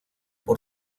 por